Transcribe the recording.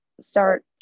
start